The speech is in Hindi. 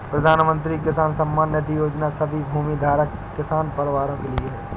प्रधानमंत्री किसान सम्मान निधि योजना सभी भूमिधारक किसान परिवारों के लिए है